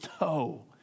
no